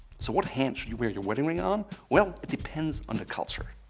so what hand should you wear your wedding ring on? well, it depends on the culture.